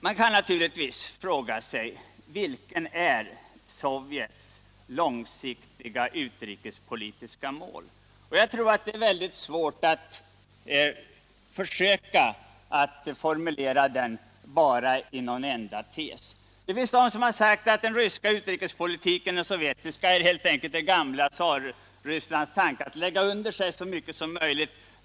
Man kan naturligtvis också fråga sig vad som är Sovjets långsiktiga utrikespolitiska mål. Det är väldigt svårt att försöka formulera det bara i en enda tes. Några har sagt att den ryska utrikespolitiken helt enkelt är en tillämpning av det gamla Tsarrysslands tanke att lägga under sig så mycket som möjligt.